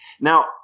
Now